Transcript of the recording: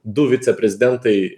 du viceprezidentai